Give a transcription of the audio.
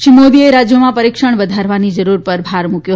શ્રી મોદીએ રાજ્યોમાં પરીક્ષણ વધારવાની જરૂર પર ભાર મૂક્યો